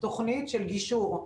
תוכנית של גישור,